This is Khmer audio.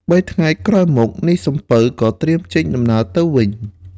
បីថ្ងៃក្រោយមក នាយសំពៅក៏ត្រៀមចេញដំណើរទៅវិញ។